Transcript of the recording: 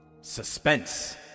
suspense